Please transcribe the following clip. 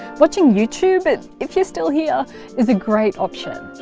watching youtube but if you're still here is a great option.